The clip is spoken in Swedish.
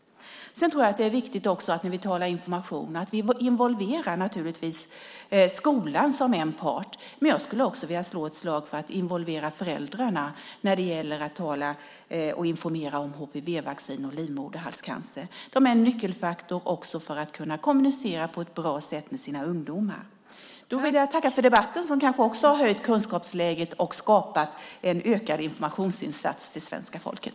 Sedan tror jag att det är viktigt när vi talar om information att vi också involverar skolan som en part. Men jag skulle också vilja slå ett slag för att involvera föräldrarna när det gäller att informera om hivvaccin och livmoderhalscancer. De är en nyckelfaktor också för att kunna kommunicera på ett bra sätt med sina ungdomar. Jag vill tacka för debatten som kanske också har höjt kunskapsläget och ökat informationsinsatsen till svenska folket.